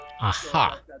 Aha